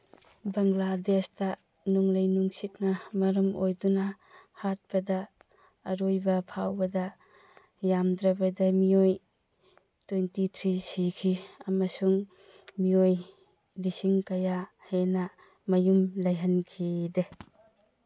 ꯕꯪꯒ꯭ꯂꯥꯗꯦꯁꯇ ꯅꯣꯡꯂꯩ ꯅꯨꯡꯁꯤꯠꯅ ꯃꯔꯝ ꯑꯣꯏꯗꯨꯅ ꯍꯥꯠꯄꯗ ꯑꯔꯣꯏꯕ ꯐꯥꯎꯕꯗ ꯌꯥꯝꯗ꯭ꯔꯕꯗ ꯃꯤꯑꯣꯏ ꯇ꯭ꯋꯦꯟꯇꯤ ꯊ꯭ꯔꯤ ꯁꯤꯈꯤ ꯑꯃꯁꯨꯡ ꯃꯤꯑꯣꯏ ꯂꯤꯁꯤꯡ ꯀꯌꯥ ꯍꯦꯟꯅ ꯃꯌꯨꯝ ꯂꯩꯍꯟꯈꯤꯗꯦ